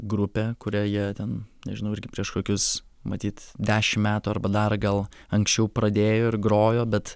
grupė kurioje ten nežinau irgi prieš kokius matyt dešimt metų arba dar gal anksčiau pradėjo ir grojo bet